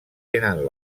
tenen